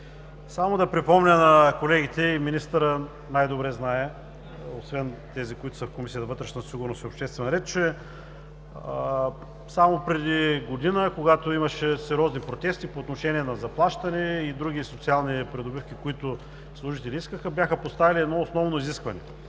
Само да припомня на колегите – министърът най-добре знае, освен тези, които са в Комисията по вътрешна сигурност и обществен ред, че само преди година, когато имаше сериозни протести по отношение на заплащане и други социални придобивки, които служителите искаха, бяха поставили едно основно изискване: